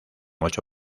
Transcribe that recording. ocho